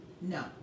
No